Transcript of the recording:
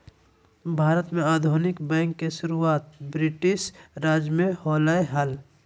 भारत में आधुनिक बैंक के शुरुआत ब्रिटिश राज में होलय हल